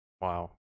Wow